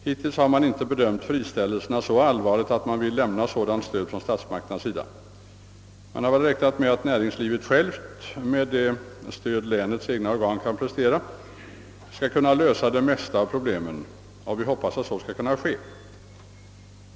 Hittills har man inte bedömt friställelserna vara så allvarliga, att man vill lämna sådant stöd från statsmakternas sida. Man har väl räknat med att näringslivet självt, med det stöd länets egna organ kan prestera, skall kunna lösa det mesta av problemen, och vi hoppas att så skall kunna ske.